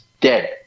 dead